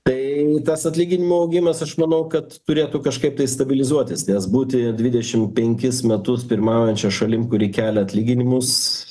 tai tas atlyginimų augimas aš manau kad turėtų kažkaip tai stabilizuotis nes būti dvidešimt penkis metus pirmaujančia šalimi kuri kelia atlyginimus